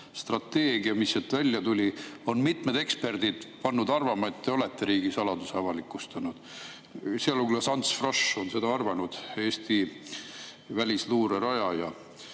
strateegia, mis sealt välja tuli, on mitmed eksperdid pannud arvama, et te olete riigisaladuse avalikustanud. Sealhulgas on seda arvanud Ants Frosch, Eesti välisluure rajaja.